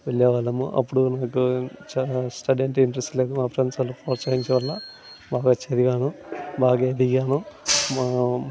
వెళ్ళే వాళ్ళము అప్పుడు నాకు చ స్టడీ అంటే ఇంట్రస్ట్ లేదు మా ఫ్రెండ్స్ అంతా ప్రొత్సహించడం వల్ల బాగా చదివాను బాగా ఎదిగాను మా